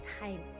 time